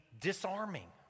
disarming